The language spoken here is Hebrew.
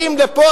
באים לפה,